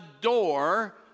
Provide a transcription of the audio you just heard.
door